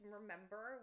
remember